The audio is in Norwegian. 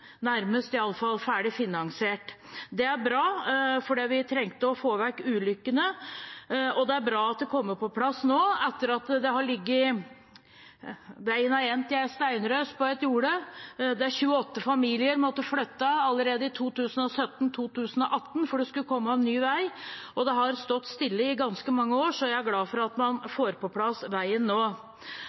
nærmest i alle fall, ferdig finansiert. Det er bra, for vi trengte å få vekk ulykkene. Det er bra at det kommer på plass nå, etter at veien har endt i en steinrøys på et jorde, der 28 familier måtte flytte allerede i 2017–2018 fordi det skulle komme en ny vei. Det har stått stille i ganske mange år, så jeg er glad for at man får på plass veien nå.